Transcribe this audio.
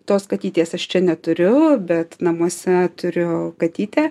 tos katytės aš čia neturiu bet namuose turiu katytę